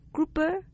Grouper